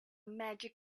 magic